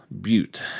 Butte